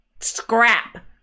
scrap